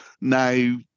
Now